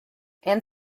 and